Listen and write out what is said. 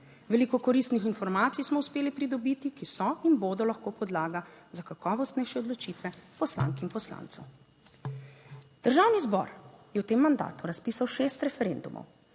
Veliko koristnih informacij smo uspeli pridobiti, ki so in bodo lahko podlaga za kakovostnejše odločitve poslank in poslancev. Državni zbor je v tem mandatu razpisal šest referendumov,